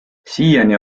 siiani